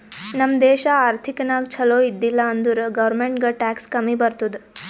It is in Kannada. ನಮ್ ದೇಶ ಆರ್ಥಿಕ ನಾಗ್ ಛಲೋ ಇದ್ದಿಲ ಅಂದುರ್ ಗೌರ್ಮೆಂಟ್ಗ್ ಟ್ಯಾಕ್ಸ್ ಕಮ್ಮಿ ಬರ್ತುದ್